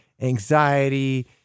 anxiety